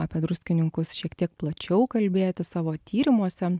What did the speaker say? apie druskininkus šiek tiek plačiau kalbėti savo tyrimuose